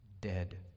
dead